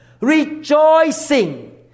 rejoicing